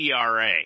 ERA